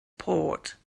port